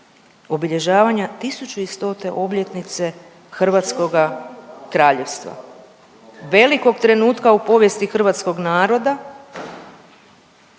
obilježivanja 1100-te obljetnice Hrvatskoga Kraljevstva, velikog trenutka u povijesti hrvatskog naroda